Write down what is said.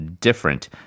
different